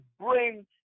bring